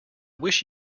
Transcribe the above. wish